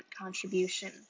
contribution